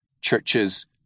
churches